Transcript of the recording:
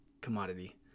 commodity